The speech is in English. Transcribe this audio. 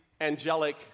angelic